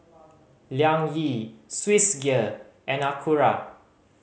Liang Yi Swissgear and Acura